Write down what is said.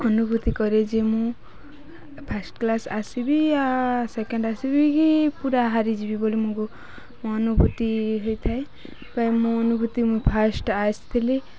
ଅନୁଭୂତି କରେ ଯେ ମୁଁ ଫାର୍ଷ୍ଟ କ୍ଲାସ୍ ଆସିବି ସେକେଣ୍ଡ ଆସିବିି କି ପୁରା ହାରିଯିବି ବୋଲି ଅନୁଭୂତି ହେଇଥାଏ ମୋ ଅନୁଭୂତି ମୁଁ ଫାର୍ଷ୍ଟ ଆସିଥିଲି